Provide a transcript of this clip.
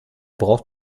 braucht